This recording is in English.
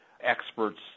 experts